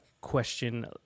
question